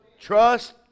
Trust